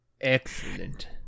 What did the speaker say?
Excellent